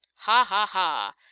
ha, ha, ha!